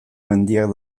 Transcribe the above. mendiak